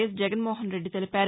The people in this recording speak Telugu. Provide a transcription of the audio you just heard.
ఎస్ జగన్మోహన్ రెడ్డి తెలిపారు